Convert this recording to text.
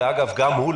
וגם הוא,